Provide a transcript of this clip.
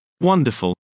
Wonderful